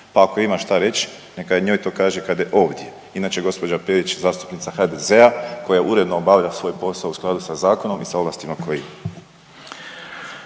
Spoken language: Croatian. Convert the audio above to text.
pa ako ima šta reći neka njoj to kaže kad je ovdje. Inače gospođa Perić je zastupnica HDZ-a koja uredno obavlja svoj posao u skladu sa zakonom i sa ovlastima koje